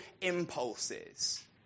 impulses